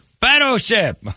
battleship